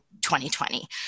2020